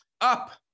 Up